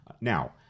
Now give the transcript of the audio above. Now